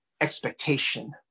expectation